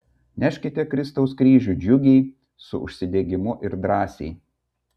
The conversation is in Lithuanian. neškite kristaus kryžių džiugiai su užsidegimu ir drąsiai